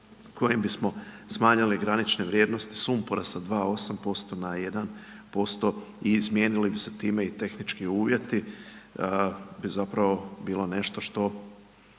kojima bismo smanjili granične vrijednosti sumpora sa 2,8% na 1% i izmijenili bi se time i tehnički uvjeti, bi zapravo bilo nešto što